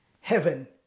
heaven